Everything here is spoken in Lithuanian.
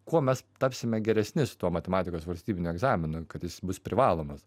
kuo mes tapsime geresni su tuo matematikos valstybiniu egzaminu kad jis bus privalomas